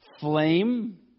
flame